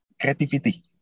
creativity